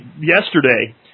yesterday